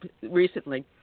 recently